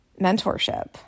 mentorship